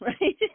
right